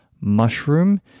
mushroom